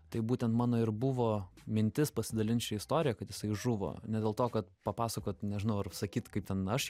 tai būtent mano ir buvo mintis pasidalint šia istorija kad jisai žuvo ne dėl to kad papasakot nežinau ar sakyt kaip ten aš